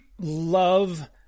love